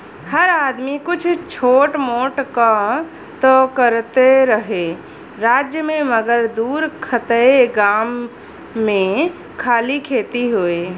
हर आदमी कुछ छोट मोट कां त करते रहे राज्य मे मगर दूर खएत गाम मे खाली खेती होए